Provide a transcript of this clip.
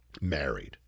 married